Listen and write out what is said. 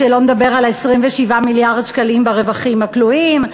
שלא נדבר על ה-27 מיליארד שקלים ברווחים הכלואים,